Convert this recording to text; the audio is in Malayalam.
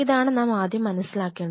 ഇതാണ് നാം ആദ്യം മനസ്സിലാക്കേണ്ടത്